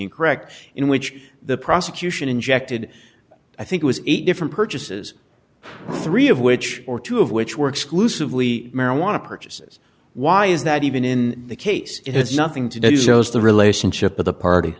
incorrect in which the prosecution injected i think was eight different purchases three of which or two of which were exclusively marijuana purchases why is that even in the case it has nothing to do you suppose the relationship of the part